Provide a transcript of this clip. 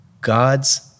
God's